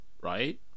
right